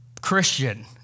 Christian